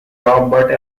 robert